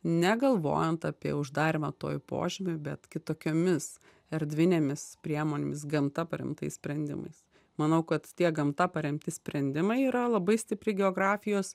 negalvojant apie uždarymą to į požemį bet kitokiomis erdvinėmis priemonėmis gamta paremtais sprendimais manau kad tie gamta paremti sprendimai yra labai stipri geografijos